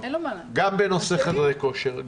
גם בנושא חדרי כושר,